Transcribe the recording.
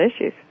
issues